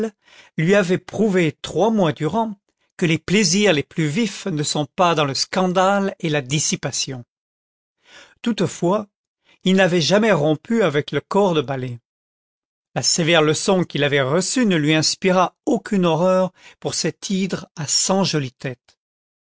lui avait prouvé trois mois durant que les plaisirs les plus vifs ne sont pas dans le scandale et la dissipation content from google book search generated at toutefois il n'avait jamais rompu avec le corps de ballet la sévère leçon qu'il avait reçue ne lui inspira aucune horreur pour cette hydre à cent jolies têtes